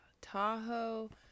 Tahoe